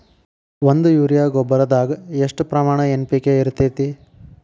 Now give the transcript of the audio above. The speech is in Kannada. ಒಂದು ಯೂರಿಯಾ ಗೊಬ್ಬರದಾಗ್ ಎಷ್ಟ ಪ್ರಮಾಣ ಎನ್.ಪಿ.ಕೆ ಇರತೇತಿ?